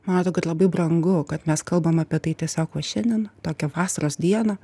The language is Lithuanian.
man atrodo kad labai brangu kad mes kalbam apie tai tiesiog va šiandien tokią vasaros dieną